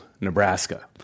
Nebraska